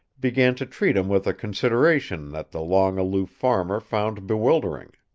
began to treat him with a consideration that the long-aloof farmer found bewildering.